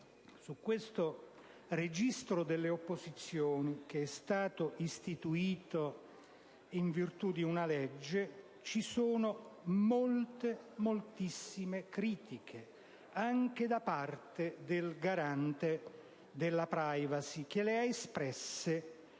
su questo registro delle opposizioni, che è stato istituito in virtù di una legge, ci sono molte, moltissime critiche, anche da parte del Garante per la *privacy*, che le ha espresse